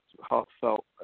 heartfelt